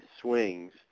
swings